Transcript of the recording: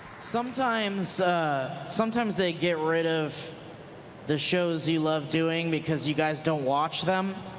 sometimes sometimes they get rid of the shows you love doing because you guys don't watch them,